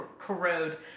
corrode